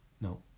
No